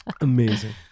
Amazing